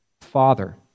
Father